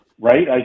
right